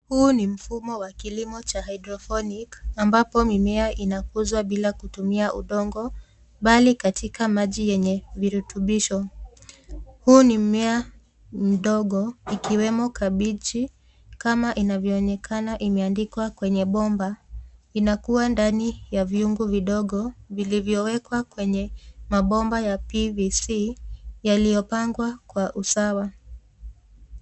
Huu ni mfumo wa kilimo cha hydroponic ambapo mimea inakuzwa bila kutumia udongo, bali katika maji yenye virutubisho. Huu ni mmea mdogo ikiwemo kabeji kama inavyoonekana imeandikwa kwenye bomba inakua ndani ya nyungu vidogo vilivyowekwa kwenye mabomba ya PVC yaliyopangwa kwa usawa.